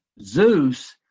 Zeus